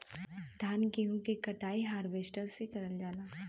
धान गेहूं क कटाई हारवेस्टर से करल जाला